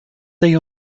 day